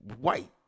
white